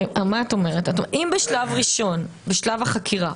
בשלב החקירה,